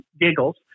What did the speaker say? giggles